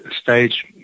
stage